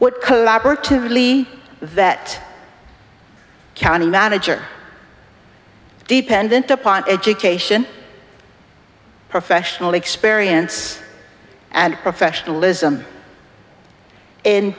what collaboratively that county manager dependent upon education professional experience and professionalism in